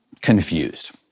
confused